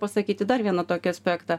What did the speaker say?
pasakyti dar vieną tokį aspektą